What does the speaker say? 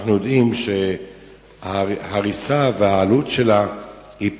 אנחנו יודעים שההריסה והעלות שלה הן